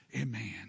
Amen